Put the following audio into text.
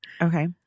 Okay